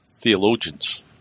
theologians